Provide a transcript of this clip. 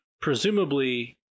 presumably